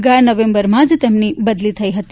ગયા નવેમ્બરમાં જ તેમની બદલી થઇ હતી